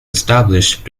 established